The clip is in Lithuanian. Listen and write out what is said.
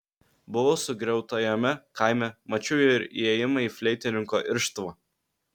buvau sugriautajame kaime mačiau ir įėjimą į fleitininko irštvą